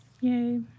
Yay